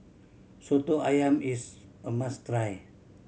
Soto Ayam is a must try